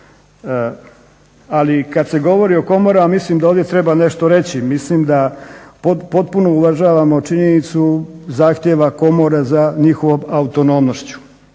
Ali kad se govori o komorama mislim da ovdje treba nešto reći. Potpuno uvažavamo činjenicu zahtjeva komora za njihovom autonomnošću,